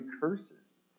curses